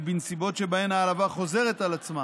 ובנסיבות שבהן ההעלבה חוזרת על עצמה